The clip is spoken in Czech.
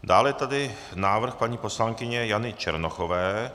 Dále je tady návrh paní poslankyně Jany Černochové.